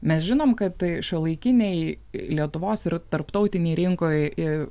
mes žinom kad šiuolaikiniai lietuvos ir tarptautinėj rinkoj